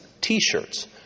t-shirts